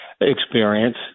experience